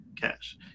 cash